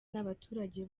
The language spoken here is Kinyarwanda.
n’abaturage